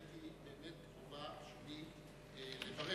וראיתי באמת חובה לברר,